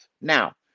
Now